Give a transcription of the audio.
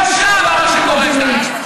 כפי שראש הממשלה היום מואשם,